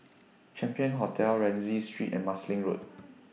Champion Hotel Rienzi Street and Marsiling Road